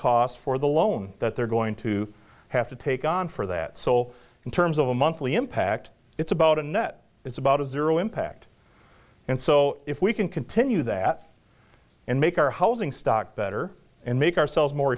cost for the loan that they're going to have to take on for that so in terms of a monthly impact it's about a net it's about a zero impact and so if we can continue that and make our housing stock better and make ourselves more